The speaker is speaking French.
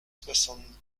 soixante